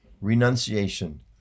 renunciation